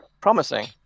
Promising